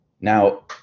Now